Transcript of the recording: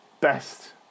best